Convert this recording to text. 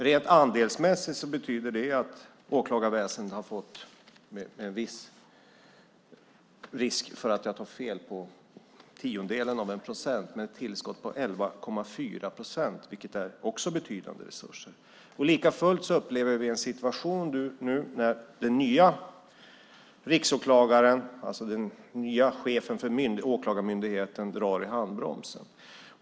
Rent andelsmässigt betyder detta att åklagarväsendet har fått - med risk för att jag tar fel på någon tiondels procent - ett tillskott på 11,4 procent, vilket också är betydande resurser. Likafullt upplever vi en situation där den nya riksåklagaren, chefen för Åklagarmyndigheten, drar i handbromsen.